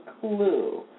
clue